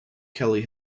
kelly